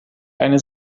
eine